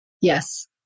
Yes